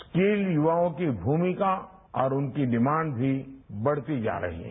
skill युवाओं की भूमिका और उनकी डिमांड भी बढ़ती जा रही है